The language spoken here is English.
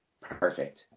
perfect